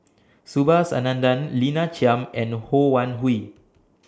Subhas Anandan Lina Chiam and Ho Wan Hui